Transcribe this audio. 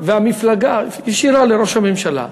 בחירה ישירה של ראש הממשלה,